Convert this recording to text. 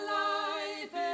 life